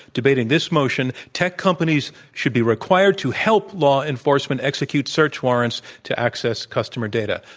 debating this motion tech companies should be required to help law enforcement execute search warrants to access customer data.